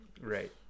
right